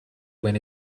when